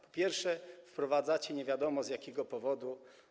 Po pierwsze, wprowadzacie, nie wiadomo, z jakiego powodu.